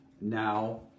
now